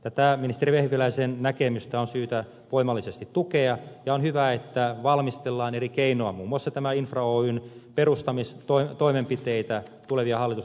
tätä ministeri vehviläisen näkemystä on syytä voimallisesti tukea ja on hyvä että valmistellaan eri keinoja muun muassa tämän infra oyn perustamistoimenpiteitä tulevia hallitusneuvotteluja varten